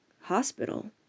Hospital